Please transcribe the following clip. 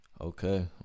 Okay